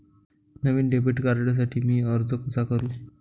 नवीन debit कार्डसाठी मी अर्ज कसा करू?